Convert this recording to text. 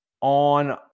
on